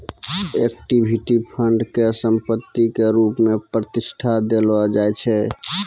equity fund के संपत्ति के रुप मे प्रतिष्ठा देलो जाय छै